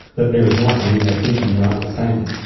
that there is nothing in there thinking or understanding.